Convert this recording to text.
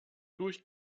durch